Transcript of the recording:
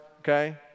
okay